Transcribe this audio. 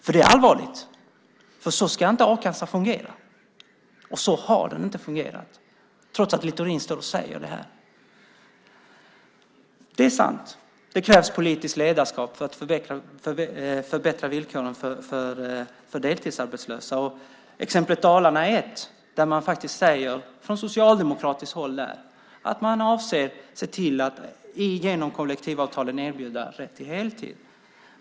Det är allvarligt. Så ska inte a-kassan fungera. Så har den inte fungerat, trots att Littorin säger det här. Det är sant, det krävs politiskt ledarskap för att förbättra villkoren för deltidsarbetslösa. Dalarna är ett exempel där man från socialdemokratiskt håll säger att man genom kollektivavtalen avser att se till att erbjuda rätt till heltid.